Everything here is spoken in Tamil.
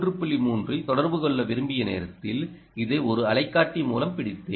3 இல் தொடர்பு கொள்ள விரும்பிய நேரத்தில் இதை ஒரு அலைக்காட்டி மூலம் பிடித்தேன்